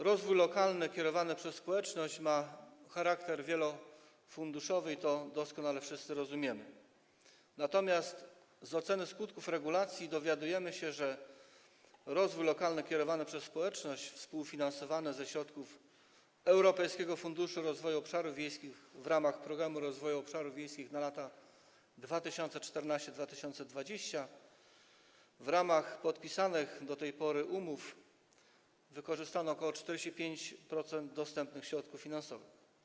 Rozwój lokalny kierowany przez społeczność ma charakter wielofunduszowy, i to doskonale wszyscy rozumiemy, natomiast z oceny skutków regulacji dowiadujemy się, że na rozwój lokalny kierowany przez społeczność współfinansowany ze środków Europejskiego Funduszu Rolnego na rzecz Rozwoju Obszarów Wiejskich w ramach Programu Rozwoju Obszarów Wiejskich na lata 2014–2020 w ramach podpisanych do tej pory umów wykorzystano ok. 45% dostępnych środków finansowych.